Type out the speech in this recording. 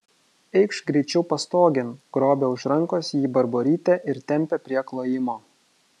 eikš greičiau pastogėn grobia už rankos jį barborytė ir tempia prie klojimo